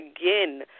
again